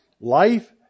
life